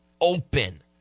open